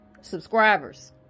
subscribers